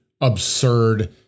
absurd